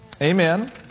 Amen